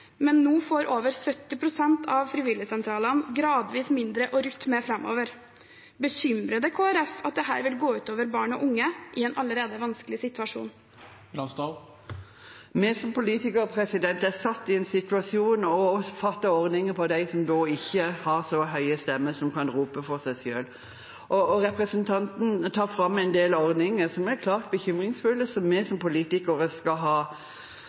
Men nå får over 70 pst. av frivilligsentralene gradvis mindre å rutte med framover. Bekymrer det Kristelig Folkeparti at dette vil gå ut over barn og unge i en allerede vanskelig situasjon? Vi som politikere er satt i en situasjon der vi lager ordninger for dem som ikke har så høye stemmer at de kan rope ut for seg selv. Representanten tar fram en del ordninger som er klart bekymringsfulle, og som vi som politikere skal ha